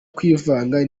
kwivanga